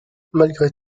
malgré